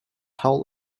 hall